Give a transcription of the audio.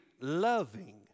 loving